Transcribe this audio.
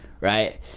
right